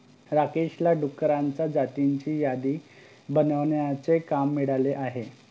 राकेशला डुकरांच्या जातींची यादी बनवण्याचे काम मिळाले आहे